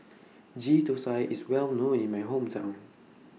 Ghee Thosai IS Well known in My Hometown